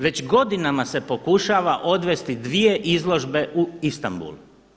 Već godinama se pokušava odvesti dvije izložbe u Istambul.